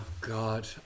God